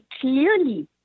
clearly